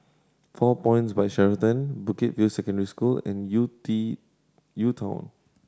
Four Points By Sheraton Bukit View Secondary School and U T UTown